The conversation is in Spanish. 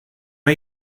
hay